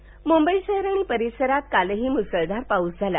मुंबई पाऊस मुंबई शहर आणि परिसरात कालही मुसळधार पाऊस झाला